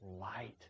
light